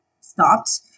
stopped